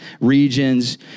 regions